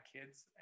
kids